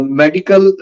medical